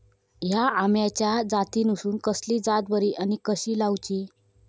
हया आम्याच्या जातीनिसून कसली जात बरी आनी कशी लाऊची?